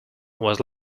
was